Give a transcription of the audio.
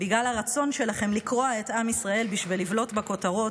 בגלל הרצון שלכם לקרוע את עם ישראל בשביל לבלוט בכותרות,